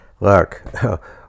look